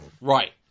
Right